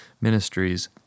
ministries